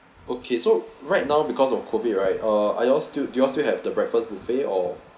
okay so right now because of COVID right uh are you all still do you all still have the breakfast buffet or